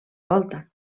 volta